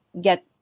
get